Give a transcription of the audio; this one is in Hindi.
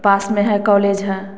पास में है कॉलेज हैं